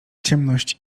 ciemność